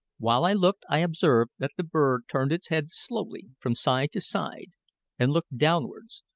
while i looked i observed that the bird turned its head slowly from side to side and looked downwards,